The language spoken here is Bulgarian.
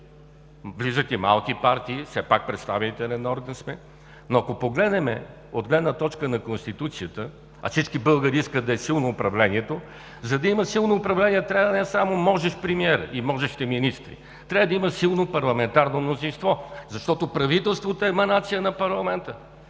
влизат и малки партии, все пак представителен орган сме. Но ако погледнем от гледна точка на Конституцията, а всички българи искат да е силно управлението, за да има силно управление трябва да е не само можещ премиерът и можещи министри, трябва да има силно парламентарно мнозинство, защото правителството е еманация на парламента.